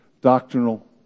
doctrinal